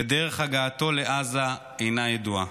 ודרך הגעתו לעזה אינה ידועה.